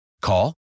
Call